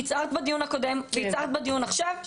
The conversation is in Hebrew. הצהרת בדיון הקודם והצהרת בדיון עכשיו,